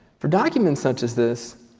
for documents such as this,